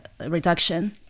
reduction